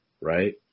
right